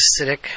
acidic